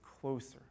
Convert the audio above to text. closer